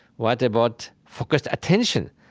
what about focused attention?